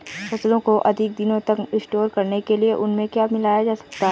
फसलों को अधिक दिनों तक स्टोर करने के लिए उनमें क्या मिलाया जा सकता है?